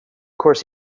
course